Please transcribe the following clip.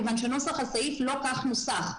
מכיוון שנוסח הסעיף לא כך נוסח.